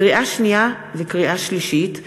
לקריאה שנייה וקריאה שלישית: